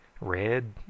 red